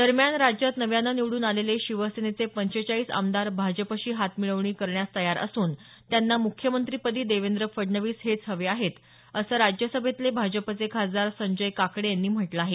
दरम्यान राज्यात नव्यानं निवडून आलेले शिवसेनेचे पंचेचाळीस आमदार भाजपशी हात मिळवणी करण्यास तयार असून त्यांना मुख्यमंत्रिपदी देवेंद्र फडणवीस हेच हवे आहेत असं राज्यसभेतले भाजपचे खासदार संजय काकडे यांनी म्हटलं आहे